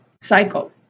cycle